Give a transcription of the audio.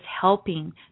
helping